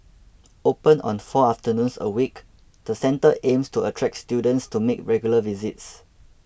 open on four afternoons a week the centre aims to attract students to make regular visits